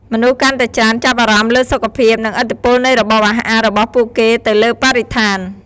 មនុស្សកាន់តែច្រើនចាប់អារម្មណ៍លើសុខភាព និងឥទ្ធិពលនៃរបបអាហាររបស់ពួកគេទៅលើបរិស្ថាន។